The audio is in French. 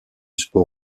sport